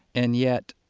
and yet,